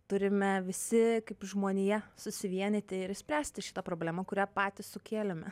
turime visi kaip žmonija susivienyti ir išspręsti šitą problemą kurią patys sukėlėme